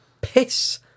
piss